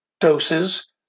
doses